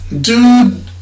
dude